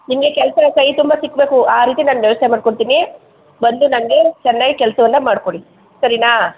ನಿಮಗೆ ಕೆಲಸ ಕೈ ತುಂಬ ಸಿಕ್ಬೇಕು ಆ ರೀತಿ ನಾನು ವ್ಯವಸ್ಥೆ ಮಾಡ್ಕೊಡ್ತೀನಿ ಬಂದು ನಂಗೆ ಚೆನ್ನಾಗಿ ಕೆಲಸವನ್ನು ಮಾಡ್ಕೊಡಿ ಸರಿಯಾ